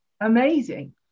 amazing